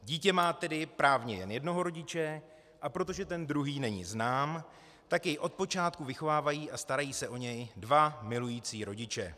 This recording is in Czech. Dítě má tedy právně jen jednoho rodiče, a protože ten druhý není znám, tak jej od počátku vychovávají a starají se o ně dva milující rodiče.